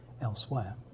elsewhere